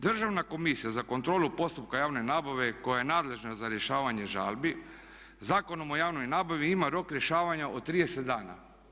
Državna komisija za kontrolu postupka javne nabave koja je nadležna za rješavanje žalbi Zakonom o javnoj nabavi ima rok rješavanja od 30 dana.